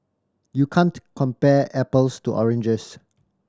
you can't compare apples to oranges